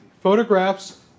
Photographs